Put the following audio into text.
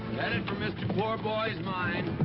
headed for mr. poorboy's mine.